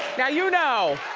now you know,